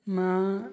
मां